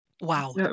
Wow